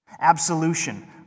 absolution